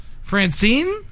Francine